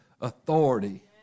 authority